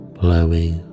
blowing